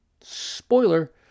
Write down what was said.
Spoiler